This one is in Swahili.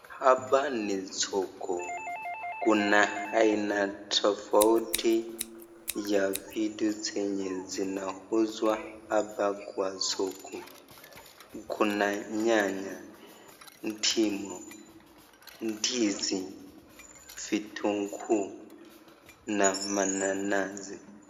Hapa ni soko kuna aina tafauti ya vitu zenye zinauzswa hapa kwa soko kuna nyanya, ndimu ndizi , vitunguu na mananasi.